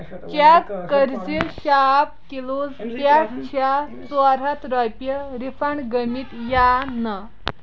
check کَر زِ shop close پٮ۪ٹھٕ چھا ژور ہَتھ رۄپیہِ رِفنڑ گٔمٕتۍ یا نَہ